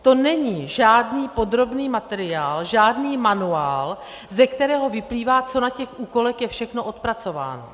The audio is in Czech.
To není žádný podrobný materiál, žádný manuál, ze kterého vyplývá, co na těch úkolech je všechno odpracováno.